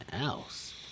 else